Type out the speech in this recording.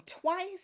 twice